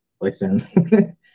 listen